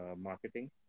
marketing